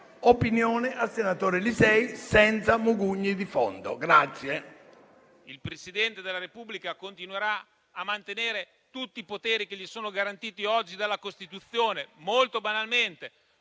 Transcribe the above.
opinione al senatore Lisei senza mugugni di fondo, grazie.